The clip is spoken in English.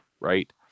right